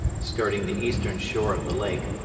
skirting the eastern shore of the lake,